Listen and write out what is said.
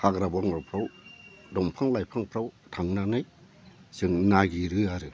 हाग्रा बंग्राफ्राव दंफां लाइफांफ्राव थांनानै जों नागिरो आरो